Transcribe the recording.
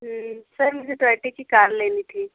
sir मुझे Toyota की car लेनी थी